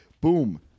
boom